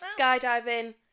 skydiving